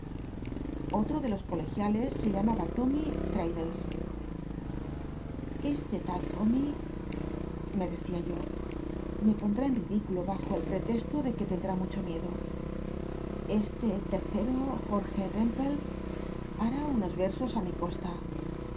otro de los colegiales se llamaba rommy l'raddlcs e te tal tommy me decia yo me pondrá en ridículo bajo el protesto de que tendr i mucho miedo este tercero jorge demplc ha ni unos versos i mi costa